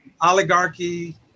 oligarchy